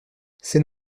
c’est